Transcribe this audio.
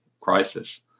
crisis